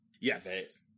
Yes